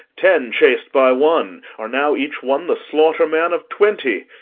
ten chas'd by one are now each one the slaughterman of twenty.